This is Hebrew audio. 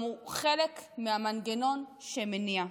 גם הוא חלק מהמנגנון שמניע.